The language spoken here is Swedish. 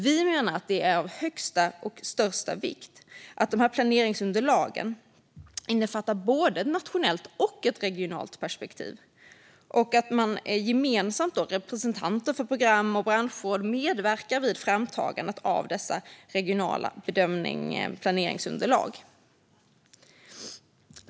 Vi menar att det är av största vikt att de här planeringsunderlagen innefattar både ett nationellt och ett regionalt perspektiv samt att representanter för program och branschråd medverkar vid framtagandet av dessa regionala planeringsunderlag.